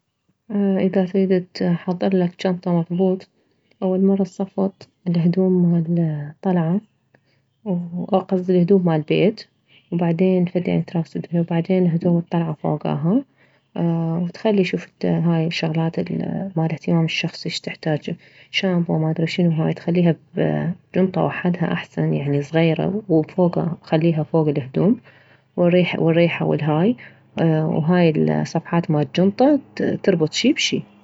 اذا تريد تحضرلك جنطة مضبوط اول شي تصفط الهدوم مالطلعة قصدي والهدوم مالبيت وبعدين فد تراكسودين وبعدين هدوم الطلعة فوكاها وتخلي شوف انت هاي الشغلات مالاهتمام الشخصي شتحتاجه شامبو ما ادري شنو هاي تخليها بجنطة وحدها احسن يعني صغيرة وفوكاها خليها فوك الهدوم وريحة ريحة والهاي وهاي الصفحات مالجنطة تربط شي بشي